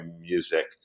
music